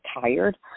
tired